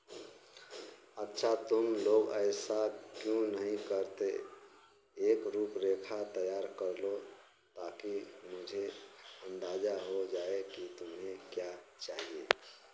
अच्छा तुम लोग ऐसा क्यों नहीं करते एक रूपरेखा तैयार कर लो ताकि मुझे अंदाज़ा हो जाए कि तुम्हें क्या चाहिए